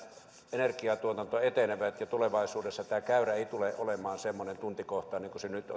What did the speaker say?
energiatuotanto etenevät ja tulevaisuudessa tämä käyrä ei tule olemaan semmoinen tuntikohtainen kuin se nyt